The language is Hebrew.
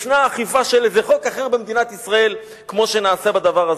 כאילו יש אכיפה של איזה חוק אחר במדינת ישראל כמו שנעשה בדבר הזה.